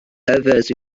others